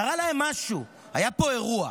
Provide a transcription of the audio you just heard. קרה להם משהו, היה פה אירוע.